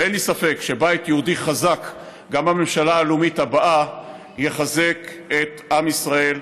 ואין לי ספק שבית יהודי חזק גם בממשלה הלאומית הבאה יחזק את עם ישראל,